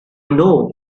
know